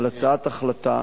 על הצעת החלטה